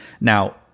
Now